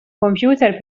computer